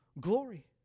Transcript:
glory